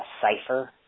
cipher